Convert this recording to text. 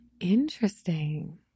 Interesting